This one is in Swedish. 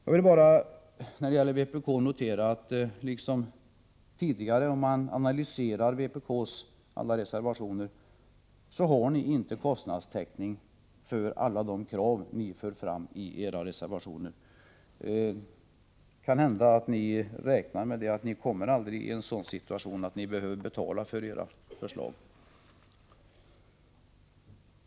Jag vill bara när det gäller vpk notera att om man analyserar vpk:s alla reservationer, så finner man att ni inte har kostnadstäckning för alla de krav ni där för fram. Kanhända räknar ni med att ni aldrig kommer i en sådan situation att ni behöver betala för era förslag.